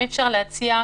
אם אפשר להציע,